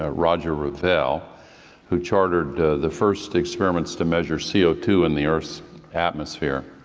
ah roger revelle who chartered the first experiments to measure c o two in the earth's atmosphere.